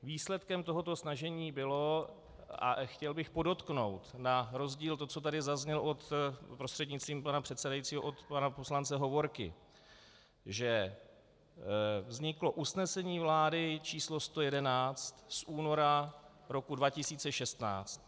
Výsledkem tohoto snažení bylo, a chtěl bych podotknout na rozdíl od toho, co tady zaznělo, prostřednictvím pana předsedajícího, od pana poslance Hovorky, že vzniklo usnesení vlády číslo 111 z února roku 2016.